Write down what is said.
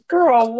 Girl